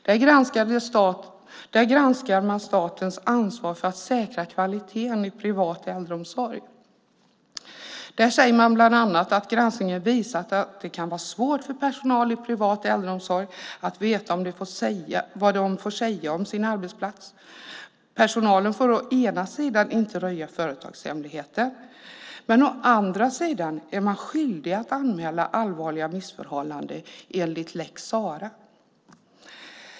Där granskar man statens ansvar för att säkra kvaliteten i privat äldreomsorg, och där säger man bland annat att granskningen har visat att det kan vara svårt för personal i privat äldreomsorg att veta vad de får säga om sin arbetsplats. Personalen får å ena sidan inte röja företagshemligheter, men å andra sidan är de skyldiga att anmäla allvarliga missförhållanden enligt lex Sarah.